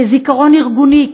כזיכרון ארגוני,